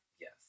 Yes